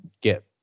get